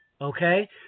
Okay